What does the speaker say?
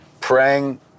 praying